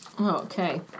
Okay